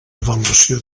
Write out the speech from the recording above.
avaluació